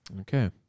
Okay